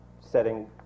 setting